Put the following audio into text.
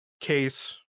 case